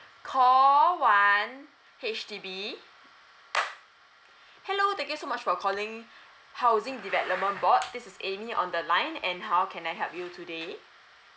call one H_D_B hello thank you so much for calling housing development board this is amy on the line and how can I help you today